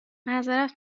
معذرت